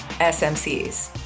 SMCs